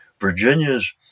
Virginia's